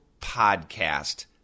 podcast